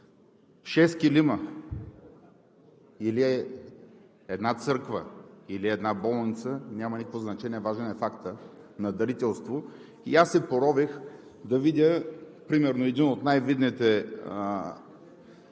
Шест килима или една църква, или една болница – няма никакво значение. Важен е фактът на дарителство. Аз се порових да видя примерно един от най-видните БСП лидери